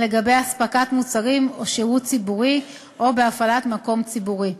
לגבי אספקת מוצרים או שירות ציבורי או בהפעלת מקום ציבורי.